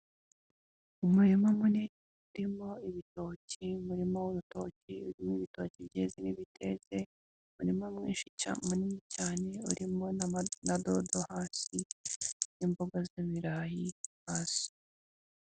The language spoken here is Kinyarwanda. Umurima munini urimo ibitoki, umurima w'urutoki urimo ibitoki byeze n'ibiteze, umurima mwinshi cyane munini cyane, urimo n'ama na dodo hasi n'imboga z'ibirayi hasi.